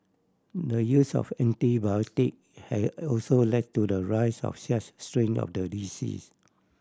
the use of antibiotic has also led to the rise of such strain of the disease